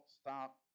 stop